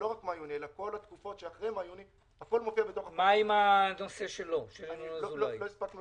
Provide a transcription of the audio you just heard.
מה שעוד הוועדה ביקשה